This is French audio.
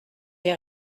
est